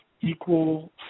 equal